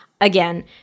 again